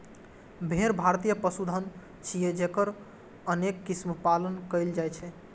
भेड़ भारतीय पशुधन छियै, जकर अनेक किस्मक पालन कैल जाइ छै